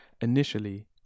Initially